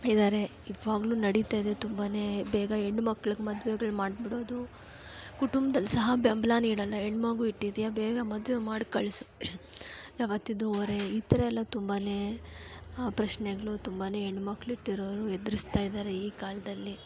ಇದಾರೆ ಇವಾಗಲೂ ನಡೀತಾಯಿದೆ ತುಂಬಾ ಬೇಗ ಹೆಣ್ಣು ಮಕ್ಳಿಗೆ ಮದ್ವೆಗಳು ಮಾಡಿಬಿಡೋದು ಕುಟುಂಬ್ದಲ್ಲಿ ಸಹ ಬೆಂಬಲ ನೀಡೋಲ್ಲ ಹೆಣ್ಣು ಮಗು ಇಟ್ಟಿದೀಯ ಬೇಗ ಮದುವೆ ಮಾಡಿ ಕಳ್ಸು ಯಾವತ್ತಿದ್ದರೂ ಹೊರೆ ಈ ಥರ ಎಲ್ಲ ತುಂಬಾ ಪ್ರಶ್ನೆಗಳು ತುಂಬಾ ಹೆಣ್ಣು ಮಕ್ಳು ಹೆತ್ತಿರೋರು ಎದುರಿಸ್ತ ಇದಾರೆ ಈ ಕಾಲದಲ್ಲಿ